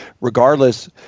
regardless